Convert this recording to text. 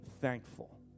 thankful